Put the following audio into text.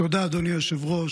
תודה, אדוני היושב-ראש.